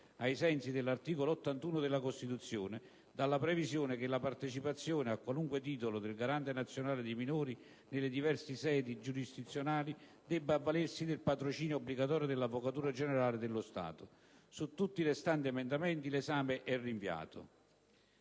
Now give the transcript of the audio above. ai sensi dell'articolo 81 della Costituzione, dalla previsione che la partecipazione, a qualunque titolo, del Garante nazionale dei minori, nelle diverse sedi giurisdizionali, debba avvalersi del patrocinio obbligatorio dell'Avvocatura generale dello Stato. Su tutti i restanti emendamenti l'esame è rinviato».